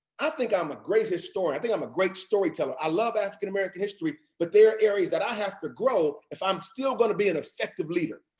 i think i'm a great historian. i think i'm a great storyteller. i love african-american history, but there are areas that i have to grow if i'm still going to be an effective leader,